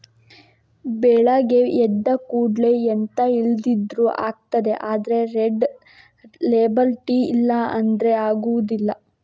ಬೆಳಗ್ಗೆ ಎದ್ದ ಕೂಡ್ಲೇ ಎಂತ ಇಲ್ದಿದ್ರೂ ಆಗ್ತದೆ ಆದ್ರೆ ರೆಡ್ ಲೇಬಲ್ ಟೀ ಇಲ್ಲ ಅಂದ್ರೆ ಆಗುದಿಲ್ಲ